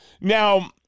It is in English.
Now